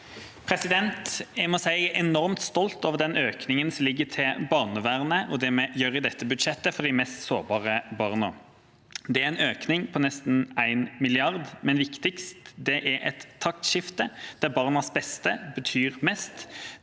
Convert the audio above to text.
jeg er enormt stolt over den økningen som ligger til barnevernet, og det vi gjør i dette budsjettet for de mest sårbare barna. Det er en økning på nesten 1 mrd. kr, men viktigst: Det er et taktskifte der barnas beste betyr mest,